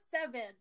seven